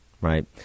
Right